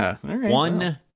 one